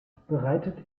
bereitete